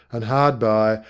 and, hard by,